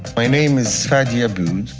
my name is fadi abboud,